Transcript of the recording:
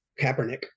Kaepernick